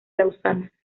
lausana